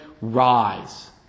Rise